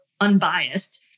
unbiased